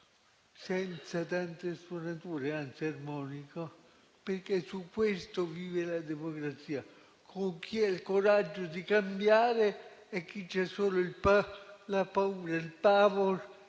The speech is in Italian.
senza tante stonature, anzi armonico, perché su questo vive la democrazia, con chi ha il coraggio di cambiare e chi ha solo la paura e il *pavor*